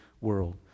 world